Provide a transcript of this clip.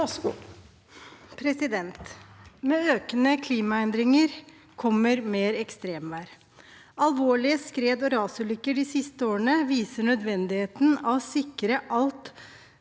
for saken): Med økende klimaendringer kommer mer ekstremvær. Alvorlige skred- og rasulykker de siste årene viser nødvendigheten av å sikre at